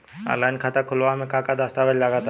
Online खाता खूलावे म का का दस्तावेज लगा ता?